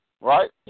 Right